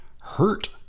hurt